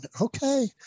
Okay